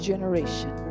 generation